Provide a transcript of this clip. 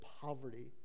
poverty